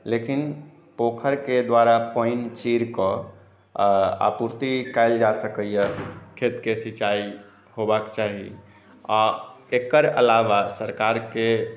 लेकिन पोखरि के द्वारा पानि चीर कऽ आपूर्ति कएल जा सकैया खेतके सिचाई होबाक चाही आ एकर अलावा सरकार के